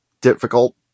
difficult